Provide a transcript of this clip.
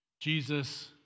Jesus